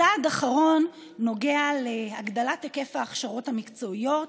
צעד אחרון נוגע להגדלת היקף ההכשרות המקצועיות,